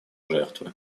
жертвы